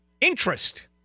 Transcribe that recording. interest